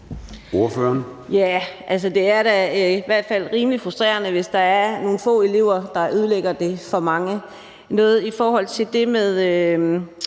det er da i hvert fald rimelig frustrerende, hvis der er nogle få elever, der ødelægger det for mange. I forhold til det med